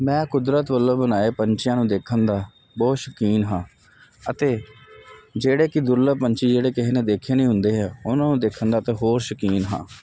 ਮੈਂ ਕੁਦਰਤ ਵੱਲੋਂ ਬਣਾਏ ਪੰਛੀਆਂ ਨੂੰ ਦੇਖਣ ਦਾ ਬਹੁਤ ਸ਼ੌਕੀਨ ਹਾਂ ਅਤੇ ਜਿਹੜੇ ਕਿ ਦੁਰਲਭ ਪੰਛੀ ਜਿਹੜੇ ਕਿਸੇ ਨੇ ਦੇਖੇ ਨਹੀਂ ਹੁੰਦੇ ਉਹਨਾਂ ਨੂੰ ਦੇਖਣ ਦਾ ਤੇ ਹੋਰ ਸ਼ੌਕੀਨ ਹਾਂ